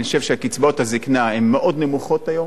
אני חושב שקצבאות הזיקנה הן מאוד נמוכות היום,